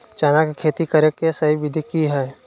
चना के खेती करे के सही विधि की हय?